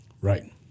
Right